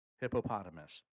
Hippopotamus